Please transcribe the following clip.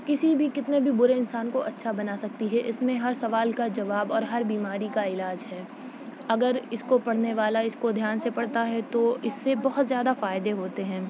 کسی بھی کتنے بھی برے انسان کو اچھا بنا سکتی ہے اس میں ہر سوال کا جواب اور ہر بیماری کا علاج ہے اگر اس کو پڑھنے والا اس کو دھیان سے پڑھتا ہے تو اس سے بہت زیادہ فائدے ہوتے ہیں